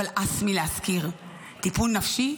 אבל הס מלהזכיר טיפול נפשי.